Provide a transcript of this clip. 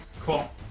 Cool